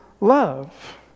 love